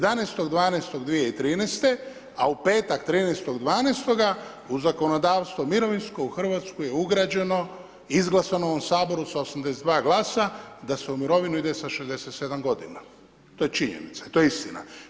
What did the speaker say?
11.12.2013. a u petak 13.12. u zakonodavstvo, mirovinskog, u Hrvatsku je ugrađeno, izglasano u ovom saboru sa 82 glasa, da se u mirovinu ide sa 67 g. To je činjenica i to je istina.